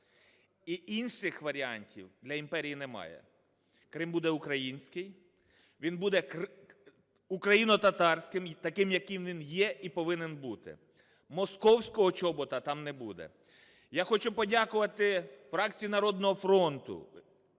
і інших варіантів для імперії немає. Крим буде український, він буде україно-татарським, таким, яким він є і повинен бути, "московського чобота" там не буде. Я хочу подякувати фракції "Народного фронту",